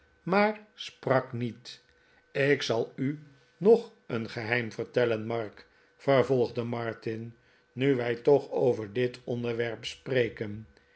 maar sprak niet ik zal u nog een geheim vertellen mark vervolgde martin nu wij toch over dit onderwerp spreken